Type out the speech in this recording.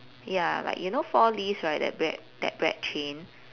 ya like you know four leaves right that bread that bread chain